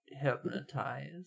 hypnotized